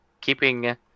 keeping